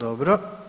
Dobro.